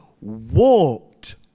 walked